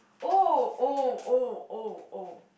oh oh oh oh oh